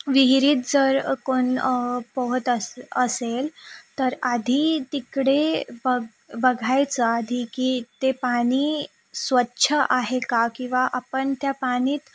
विहिरीत जर कोण पोहत अस असेल तर आधी तिकडे बग बघायचं आधी की ते पाणी स्वच्छ आहे का किंवा आपण त्या पाण्यात